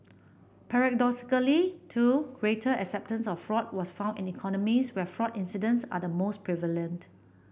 paradoxically too greater acceptance of fraud was found in economies where fraud incidents are the most prevalent